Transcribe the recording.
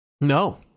No